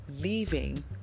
leaving